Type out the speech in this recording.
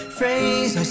phrase